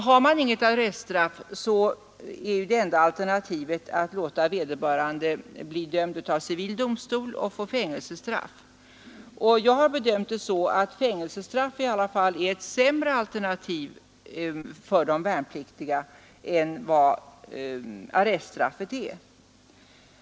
Har man inget arreststraff, är enda alternativet att låta vederbörande bli dömd av civil domstol och få fängelsestraff. Jag har bedömt saken så att fängelsestraff i alla fall är ett sämre alternativ för de värnpliktiga än arreststraffet.